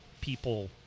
people